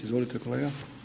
Izvolite kolega.